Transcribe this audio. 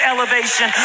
Elevation